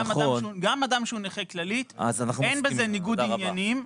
גם אדם שהוא נכה כללית אין בזה ניגוד עניינים,